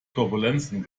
turbulenzen